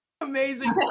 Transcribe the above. Amazing